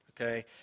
okay